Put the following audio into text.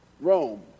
Rome